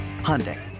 Hyundai